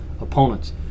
opponents